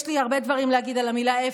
יש לי הרבה דברים לומר על המילה "אפס".